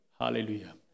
Hallelujah